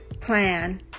plan